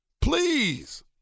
Please